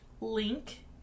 link